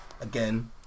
again